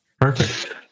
Perfect